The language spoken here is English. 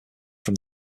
from